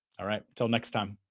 all right. until next time.